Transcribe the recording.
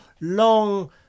long